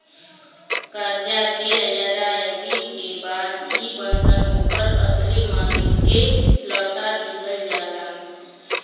करजा के अदायगी के बाद ई बंधन ओकर असली मालिक के लौटा दिहल जाला